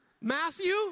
Matthew